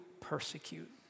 persecute